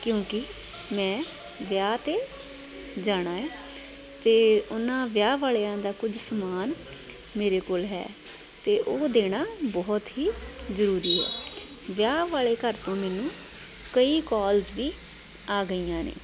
ਕਿਉਂਕਿ ਮੈਂ ਵਿਆਹ 'ਤੇ ਜਾਣਾ ਹੈ ਅਤੇ ਉਹਨਾਂ ਵਿਆਹ ਵਾਲਿਆਂ ਦਾ ਕੁਝ ਸਮਾਨ ਮੇਰੇ ਕੋਲ ਹੈ ਅਤੇ ਉਹ ਦੇਣਾ ਬਹੁਤ ਹੀ ਜ਼ਰੂਰੀ ਹੈ ਵਿਆਹ ਵਾਲੇ ਘਰ ਤੋਂ ਮੈਨੂੰ ਕਈ ਕੋਲਸ ਵੀ ਆ ਗਈਆਂ ਨੇ